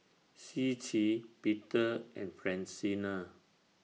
Ciji Peter and Francina